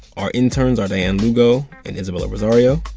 our interns are dianne lugo and isabella rosario.